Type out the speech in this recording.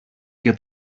για